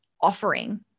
offering